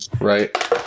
right